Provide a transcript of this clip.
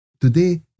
Today